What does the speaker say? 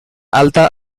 alta